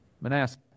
Manasseh